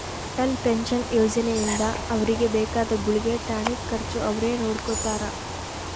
Atal pension ಯೋಜನೆ ಇಂದ ಅವ್ರಿಗೆ ಬೇಕಾದ ಗುಳ್ಗೆ ಟಾನಿಕ್ ಖರ್ಚು ಅವ್ರೆ ನೊಡ್ಕೊತಾರ